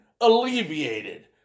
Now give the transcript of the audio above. alleviated